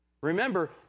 Remember